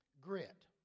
grit